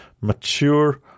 mature